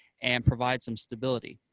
and provide some stability.